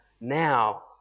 now